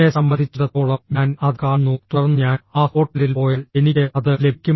എന്നെ സംബന്ധിച്ചിടത്തോളം ഞാൻ അത് കാണുന്നു തുടർന്ന് ഞാൻ ആ ഹോട്ടലിൽ പോയാൽ എനിക്ക് അത് ലഭിക്കും